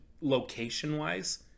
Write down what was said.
location-wise